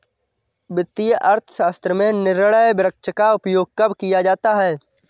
वित्तीय अर्थशास्त्र में निर्णय वृक्ष का उपयोग कब किया जाता है?